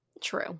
True